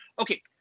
Okay